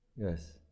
Yes